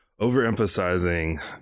overemphasizing